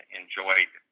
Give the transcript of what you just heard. enjoyed